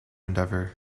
endeavor